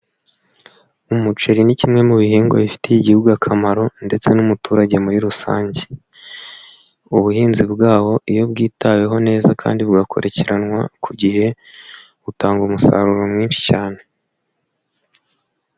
Umuceri ni kimwe mu bihingwa bifitiye Igihugu akamaro ndetse n'umuturage muri rusange, ubuhinzi bwawo iyo bwitaweho neza kandi bugakurikiranwa ku gihe butanga umusaruro mwinshi cyane.